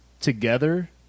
together